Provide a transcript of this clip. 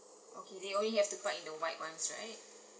okay they only have to park in the white ones right